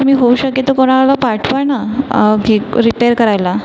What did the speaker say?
तुम्ही होऊ शकेल तर कोणाला पाठवा ना हे रिपेअर करायला